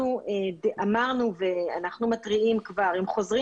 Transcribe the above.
אמרנו ואנחנו מתריעים כבר: אם חוזרים